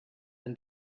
and